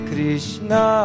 Krishna